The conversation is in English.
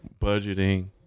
budgeting